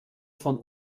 von